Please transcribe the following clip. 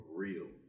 real